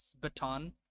baton